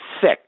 sick